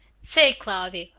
say, cloudy,